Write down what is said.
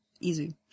Easy